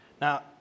Now